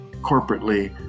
corporately